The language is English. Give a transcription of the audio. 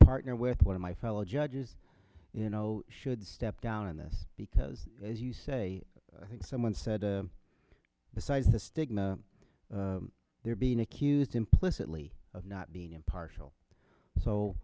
partner with one of my fellow judges you know should step down in this because as you say i think someone said besides the stigma they're being accused implicitly of not being impartial